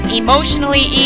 emotionally